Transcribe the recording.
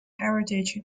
heritage